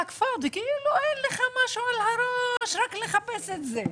כאילו אין לך משהו אחר על הראש ואתה רק מחפש את זה.